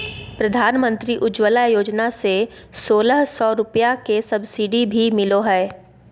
प्रधानमंत्री उज्ज्वला योजना से सोलह सौ रुपया के सब्सिडी भी मिलो हय